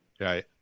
Right